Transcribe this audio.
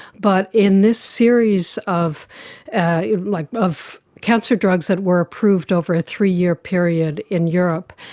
but in this series of like of cancer drugs that were approved over a three-year period in europe,